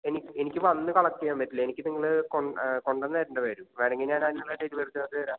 any എനിക്ക് വന്ന് collect ചെയ്യാൻ പറ്റില്ല എനിക്ക് നിങ്ങൾ കൊണ്ട് കൊണ്ടുവന്ന് തരേണ്ടിവരും വേണമെങ്കിൽ ഞാൻ അതിനായിട്ട് ഡെലിവറി ചാർജ് തരാം